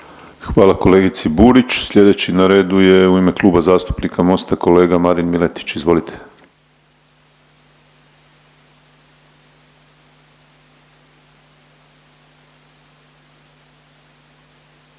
Hvala kolegici Burić. Sljedeći na redu je u ime Kluba zastupnika Mosta kolega Marin Miletić, izvolite.